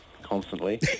constantly